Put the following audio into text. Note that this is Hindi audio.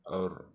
और